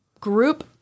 group